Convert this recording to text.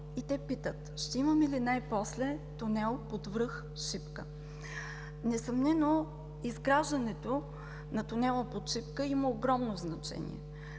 и те питат: ще имаме ли най-после тунел под връх Шипка? Несъмнено изграждането на тунела под Шипка има огромно значение